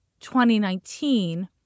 2019